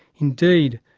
indeed,